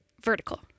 vertical